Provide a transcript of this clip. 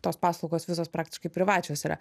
tos paslaugos visos praktiškai privačios yra